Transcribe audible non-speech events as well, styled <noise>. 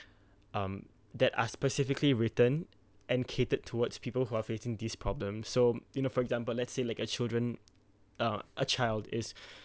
<breath> um that are specifically written and catered towards people who are facing this problem so you know for example let's say like a children uh a child is <breath>